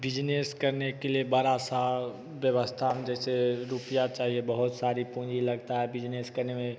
business करने के लिए बड़ा सा व्यवस्था जैसे रुपया चाहिए बहुत सारी पूँजी लगता है बिज़नेस करने में